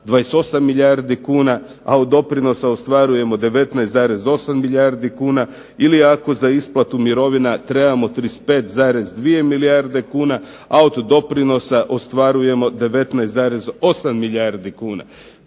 28 milijardi kuna, a doprinosa ostvarujemo 19,8 milijardi kuna, ili ako za isplatu mirovina trebamo 35,2 milijarde kuna, a od doprinosa ostvarujemo 19,8 milijardi kuna.